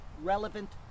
relevant